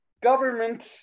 government